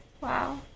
Wow